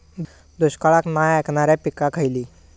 दुष्काळाक नाय ऐकणार्यो पीका खयली?